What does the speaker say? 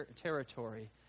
territory